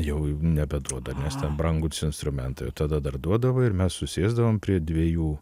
jau nebeduoda nes ten brangūs instrumentai tada dar duodavo ir mes susėsdavom prie dviejų